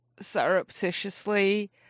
surreptitiously